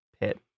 pit